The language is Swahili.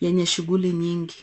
yenye shughuli nyingi.